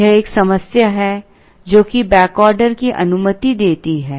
यह एक समस्या है जो कि बैक ऑर्डर की अनुमति देती है